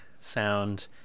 sound